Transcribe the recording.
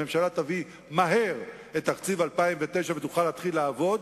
הממשלה תביא מהר את תקציב 2009 ותוכל להתחיל לעבוד,